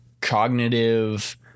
cognitive